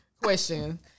question